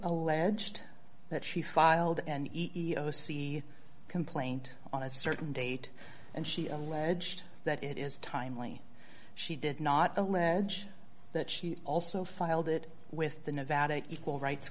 alleged that she filed and complaint on a certain date and she alleged that it is timely she did not allege that she also filed it with the nevada equal rights